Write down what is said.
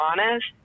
honest